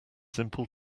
simple